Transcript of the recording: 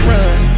Run